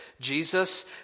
Jesus